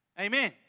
Amen